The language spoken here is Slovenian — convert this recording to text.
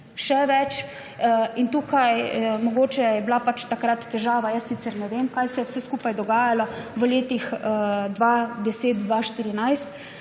še več. In tukaj je bila mogoče takrat težava. Jaz sicer ne vem, kaj se je vse skupaj dogajalo v letih od 2010